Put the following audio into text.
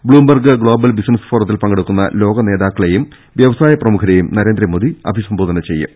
Bloom ബർഗ് global business ഫോറത്തിൽ പങ്കെടു ക്കുന്ന ലോക നേതാക്കളെയും വൃവസായ പ്രമുഖരെയും നരേ ന്ദ്രമോദി അഭിസംബോധന ചെയ്യും